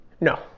No